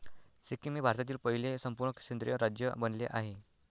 सिक्कीम हे भारतातील पहिले संपूर्ण सेंद्रिय राज्य बनले आहे